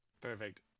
perfect